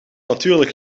natuurlijk